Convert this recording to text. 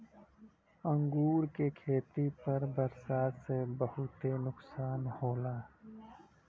अंगूर के खेती पर बरसात से बहुते नुकसान होला